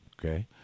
Okay